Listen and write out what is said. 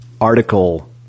article